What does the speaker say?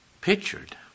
Pictured